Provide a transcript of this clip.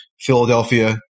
Philadelphia